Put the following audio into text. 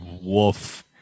Woof